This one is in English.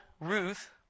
Ruth